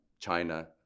China